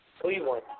Cleveland